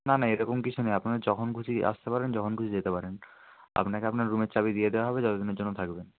না না এরকম কিছু নেই আপনার যখন খুশি আসতে পারেন যখন খুশি যেতে পারেন আপনাকে আপনার রুমের চাবি দিয়ে দেওয়া হবে যতদিনের জন্য থাকবেন